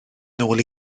nôl